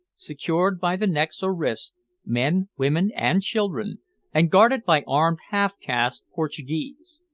secured by the necks or wrists men, women, and children and guarded by armed half-caste portuguese.